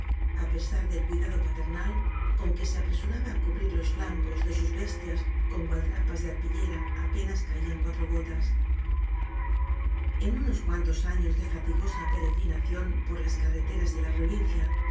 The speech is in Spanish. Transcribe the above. á pesar del cuidado paternal con que se apresuraba á cubrir los flancos ele sus bestias con gualdrapas ele arpillera apenas caían cuatro gotas en unos cuantos años de fatigosa peregri nación por las carreteras de la provincia